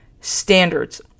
standards